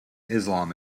islam